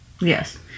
Yes